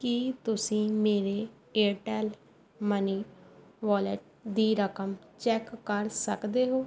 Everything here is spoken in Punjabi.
ਕੀ ਤੁਸੀਂਂ ਮੇਰੇ ਏਅਰਟੈੱਲ ਮਨੀ ਵਾਲਟ ਦੀ ਰਕਮ ਚੈੱਕ ਕਰ ਸਕਦੇ ਹੋ